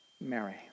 Mary